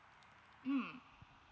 mm